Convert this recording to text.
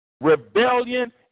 Rebellion